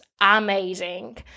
amazing